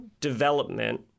development